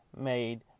made